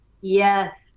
Yes